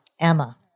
Emma